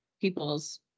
people's